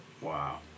Wow